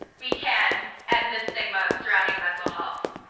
we can end the stigma surrounding mental health.